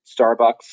Starbucks